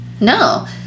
No